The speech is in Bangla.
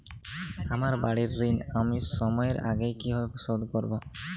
আমার বাড়ীর ঋণ আমি সময়ের আগেই কিভাবে শোধ করবো?